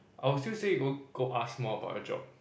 I'll still say you go go ask more about your job